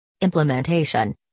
Implementation